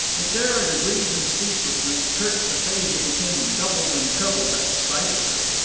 if there are degrees in speechlessness, kirk's aphasia became doubled and trebled at the sight of her.